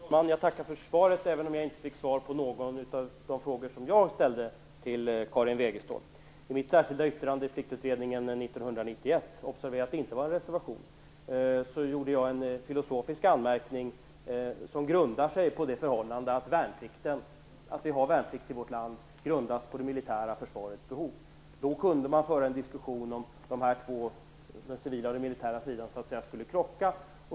Fru talman! Jag tackar för svaret, även om jag inte fick svar på någon av de frågor som jag ställde till Karin Wegestål. I mitt särskilda yttrande i Pliktutredningen 1991 - observera att det inte var en reservation - gjorde jag en filosofisk anmärkning som grundar sig på det förhållandet att värnplikten i vårt land grundas på det militära försvarets behov. Då kunde man föra en diskussion om vad som skulle hända om dessa två, den civila och den militära sidan, skulle krocka.